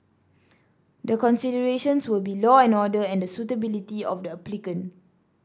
the considerations will be law and order and the suitability of the applicant